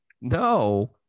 No